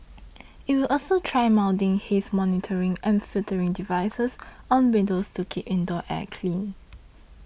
it will also try mounting haze monitoring and filtering devices on windows to keep indoor air clean